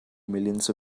millions